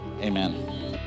amen